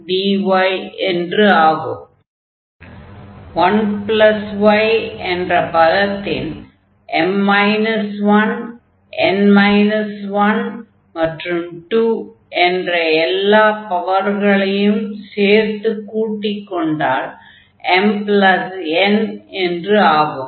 ஆகவே 1y என்ற பதத்தின் m 1 n 1 மற்றும் 2 என்ற எல்லா பவர்களையும் சேர்த்துக் கூட்டிக் கொண்டால் mn என்று ஆகும்